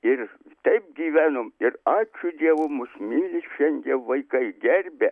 ir taip gyvenom ir ačiū dievu mus myli šiandie vaikai gerbia